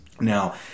Now